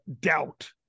doubt